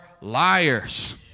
liars